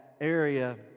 area